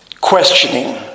questioning